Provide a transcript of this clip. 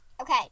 Okay